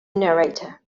narrator